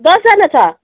दसजना छ